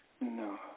No